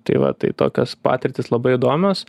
tai va tai tokios patirtys labai įdomios